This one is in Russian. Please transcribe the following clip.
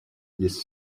есть